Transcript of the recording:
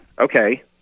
okay